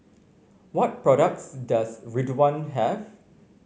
what products does Ridwind have